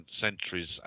centuries